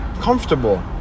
comfortable